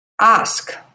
ask